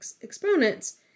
exponents